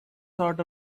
sort